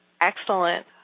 Excellent